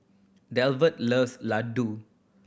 Delbert loves Ladoo